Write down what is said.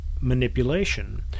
manipulation